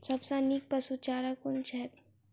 सबसँ नीक पशुचारा कुन छैक?